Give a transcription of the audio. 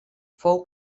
fou